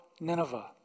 Nineveh